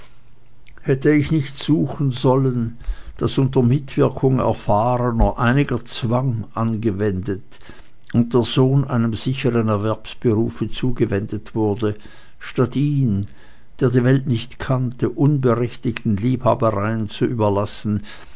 hätte ich nicht suchen sollen daß unter mitwirkung erfahrener einiger zwang angewendet und der sohn einem sichern erwerbsberufe zugewendet wurde statt ihn der die welt nicht kannte unberechtigten liebhabereien zu überlassen